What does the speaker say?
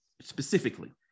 specifically